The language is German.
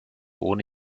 ohne